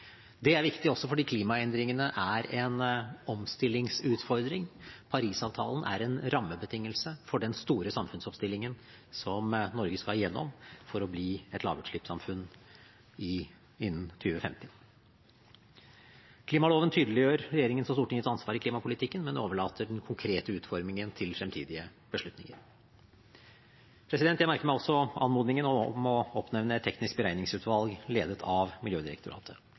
Det er viktig også fordi klimaendringene er en omstillingsutfordring. Paris-avtalen er en rammebetingelse for den store samfunnsomstillingen som Norge skal igjennom for å bli et lavutslippssamfunn innen 2050. Klimaloven tydeliggjør regjeringens og Stortingets ansvar i klimapolitikken, men overlater den konkrete utformingen til fremtidige beslutninger. Jeg merker meg også anmodningen om å utnevne et teknisk beregningsutvalg ledet av Miljødirektoratet.